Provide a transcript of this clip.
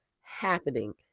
happening